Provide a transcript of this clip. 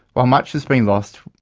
while much has been lost,